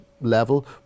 level